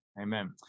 Amen